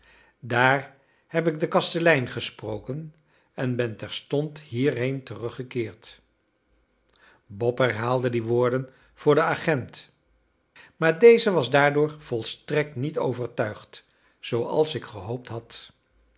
daar heb ik den kastelein gesproken en ben terstond hierheen teruggekeerd bob herhaalde die woorden voor den agent maar deze was daardoor volstrekt niet overtuigd zooals ik gehoopt had